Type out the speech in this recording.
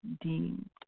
deemed